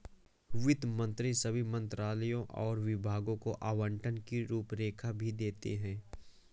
वित्त मंत्री सभी मंत्रालयों और विभागों को आवंटन की रूपरेखा भी देते हैं